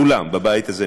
כולנו בבית הזה,